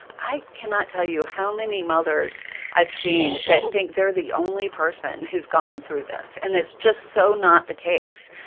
i cannot tell you how many mothers i've seen that think they're the only person who's gone through this, and it's just so not the case.